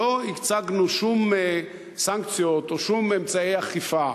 לא הצגנו שום סנקציות ושום אמצעי אכיפה.